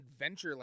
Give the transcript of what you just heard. adventureland